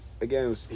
again